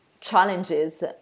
challenges